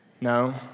No